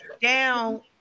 down